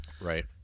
Right